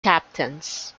captains